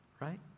right